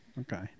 Okay